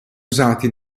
usati